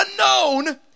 unknown